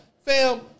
Fam